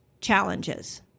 challenges